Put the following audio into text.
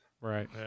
Right